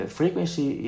frequency